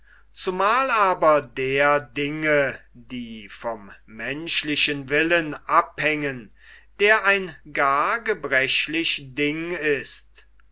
zumal aber der dinge die vom menschlichen willen abhängen der ein gar gebrechlich ding ist